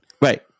Right